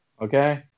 okay